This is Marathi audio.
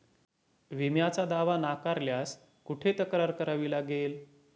विम्याचा दावा नाकारल्यास कुठे तक्रार करावी लागेल?